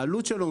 העלות שלו,